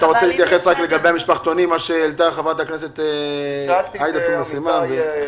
לגבי מה שהעלתה חברת הכנסת תומא סלימאן.